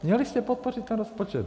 Měli jste podpořit ten rozpočet.